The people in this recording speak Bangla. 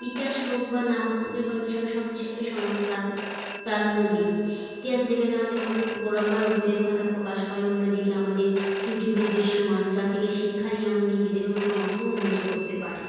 ইতিহাস হোক বা না হোক যে কোনো বিষয় আমি সব বিষয়কেই সমান প্রাধান্য দিই ইতিহাস যেখানে আমাদের গৌরবময় অতীতের কথা প্রকাশ করে অন্যদিকে আমাদের ত্রুটিগুলো দৃশ্যমান যার থেকে শিক্ষা নিয়ে আমরা নিজেদের এবং সমাজকে উন্নত করতে পারি